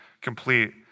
complete